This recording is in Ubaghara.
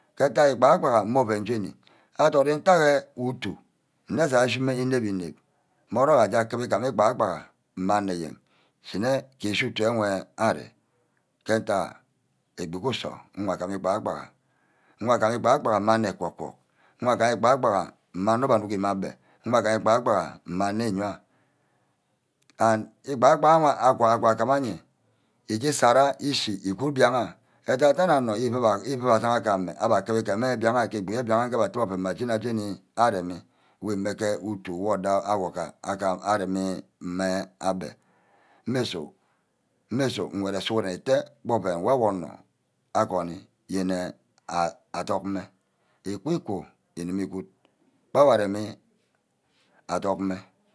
Ntaiha igbaha-gba mme oven jeni odot ntagha utu nne je ashime ínep-ínep mmorock gor aje kuba îgama ígbaha-bagha mme onor eyen ishine ke ushi utu wey arear ke ntaigha egbi ku usor nga-gume igbaha-bagha. nga-gume. igbagha-bagha mme ane egwork-gwork. nga-guma. igbagha-bagha mme onor wor anuck mme abbe. nga-gume igbagha-igbaha mme ane yoha. and igbag-bagha agum. agum eyeah ije sarah ichi igud mbiagh ayo edan-dani onor ifu abbe asaghen ke ane akibe igame mbiagha your ke abbe oven mma jeni-jeni aremi wu ímege utu wor odor awor agam aremi mme abbe mmisu. mmisu ingwed sughuren ite gba oven awor onor agoni yeni ah dugme. ikiku igume igude gbawor areme adugme